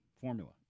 formula